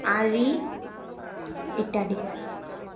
আৰি ইত্য়াদি